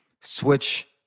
switch